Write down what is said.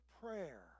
prayer